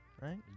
right